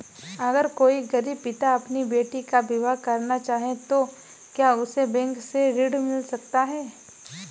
अगर कोई गरीब पिता अपनी बेटी का विवाह करना चाहे तो क्या उसे बैंक से ऋण मिल सकता है?